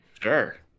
Sure